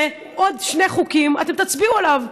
ובעוד שני חוקים אתם תצביעו עליו.